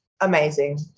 amazing